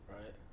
right